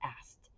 asked